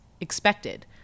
expected